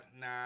nah